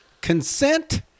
consent